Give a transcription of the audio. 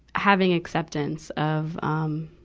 having acceptance of, um,